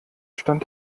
stand